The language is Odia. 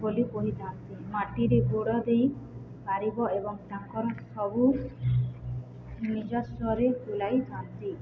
ବୋଲି କହିଥାନ୍ତି ମାଟିରେ ଗୋଡ଼ ଦେଇ ପାରିବ ଏବଂ ତାଙ୍କର ସବୁ ନିଜସ୍ୱରେ ବୁଲାଇଥାନ୍ତି